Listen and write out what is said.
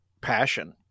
passion